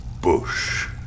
Bush